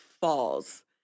falls